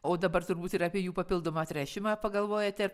o dabar turbūt ir apie jų papildomą tręšimą pagalvojate